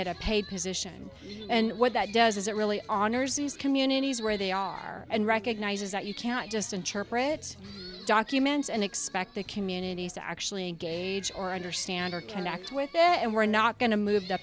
it a paid position and what that does is it really honors those communities where they are and recognizes that you cannot just in church documents and expect the communities to actually engage or understand or connect with and we're not going to move the